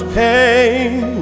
pain